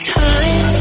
time